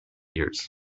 years